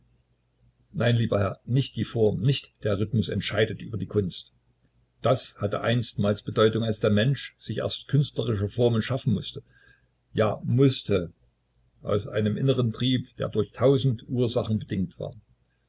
nein lieber herr nicht die form nicht der rhythmus entscheidet über die kunst das hatte einstmals bedeutung als der mensch sich erst künstlerische formen schaffen mußte ja mußte aus einem inneren trieb der durch tausend ursachen bedingt war